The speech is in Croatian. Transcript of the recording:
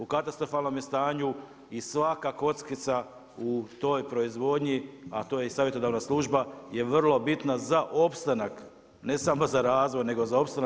U katastrofalnom je stanju i svaka kockica u toj proizvodnji, a to je i savjetodavna služba je vrlo bitna za opstanak, ne samo za razvoj nego za opstanak.